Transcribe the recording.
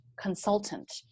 consultant